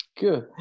Good